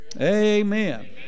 Amen